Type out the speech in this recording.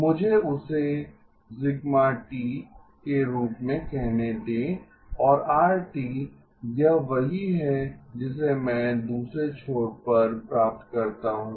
मुझे उसे η के रूप में कहने दें और r यह वही है जिसे मैं दूसरे छोर पर प्राप्त करता हूं